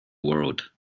world